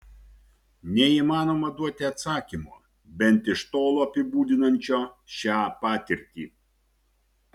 neįmanoma duoti atsakymo bent iš tolo apibūdinančio šią patirtį